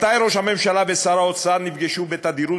מתי ראש הממשלה ושר האוצר נפגשו בתדירות